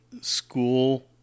school